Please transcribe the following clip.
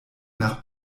nach